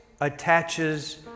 attaches